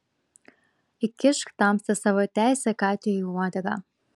įkišk tamsta savo teisę katei į uodegą